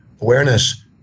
awareness